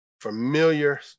Familiar